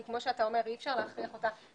כי כמו שאתה אומר אי אפשר להכריח אותה,